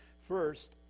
First